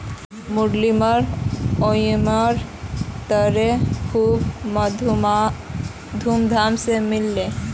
मुरलीधर ओणमेर त्योहार खूब धूमधाम स मनाले